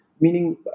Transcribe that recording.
meaning